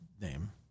name